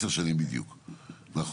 10 שנים בדיוק נכון.